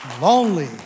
Lonely